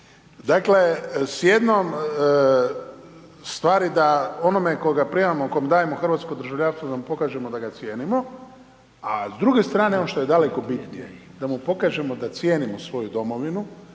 Dakle, s jednom stvari da onome koga primamo, kome dajemo hrvatsko državljanstvo da mu pokažemo da ga cijenimo a s druge strane ono što je daleko bitnije da mu pokažemo da cijenimo svoju Domovinu